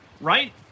right